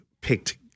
picked